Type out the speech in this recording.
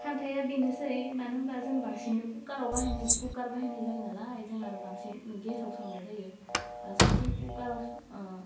खान्थाया बेनोसै मानो होमबा जों बांसिननो कुकाराव बाहायनाय कुकार बाहायनाय जायो नालाय जों आरो बांसिन गेसाव संनाय जायो रासिन जों कुकाराव सं ओह